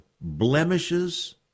blemishes